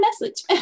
message